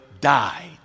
died